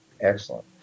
Excellent